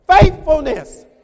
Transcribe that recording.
faithfulness